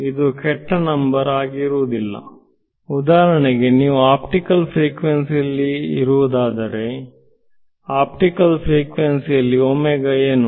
ಇದು ಕೆಟ್ಟ ನಂಬರ್ ಆಗಿರುವುದಿಲ್ಲ ಉದಾಹರಣೆಗೆ ನೀವು ಆಪ್ಟಿಕಲ್ ಫ್ರಿಕ್ವೆನ್ಸಿ ಯಲ್ಲಿ ಇರುವುದಾದರೆ ಆಪ್ಟಿಕಲ್ ಫ್ರಿಕ್ವೆನ್ಸಿ ಯಲ್ಲಿ ಒಮೇಗ ಏನು